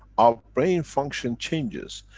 our brain function changes.